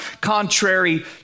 contrary